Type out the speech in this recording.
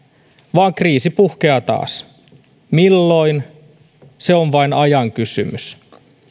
vaan kriisi puhkeaa taas milloin se on vain ajan kysymys